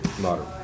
Modern